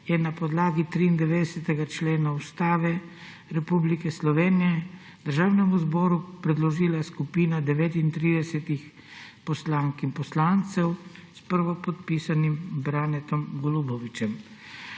je na podlagi 93. člena Ustave Republike Slovenije Državnemu zboru predložila skupina 39 poslank in poslancev se prvopodpisanim Branetom Golubovićem.